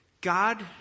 God